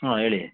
ಹಾಂ ಹೇಳಿ